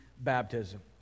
baptism